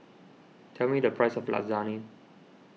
tell me the price of Lasagne